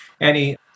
Annie